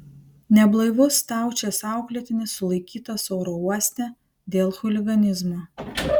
neblaivus staučės auklėtinis sulaikytas oro uoste dėl chuliganizmo